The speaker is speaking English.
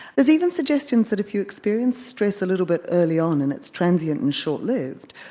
there's even suggestions that if you experience stress a little bit early on and it's transient and short-lived,